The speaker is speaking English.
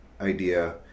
idea